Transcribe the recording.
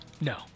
No